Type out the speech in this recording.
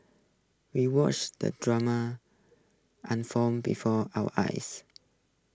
we watched the drama unfold before our eyes